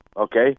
Okay